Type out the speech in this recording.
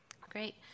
Great